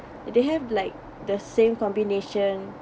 they have like the same combination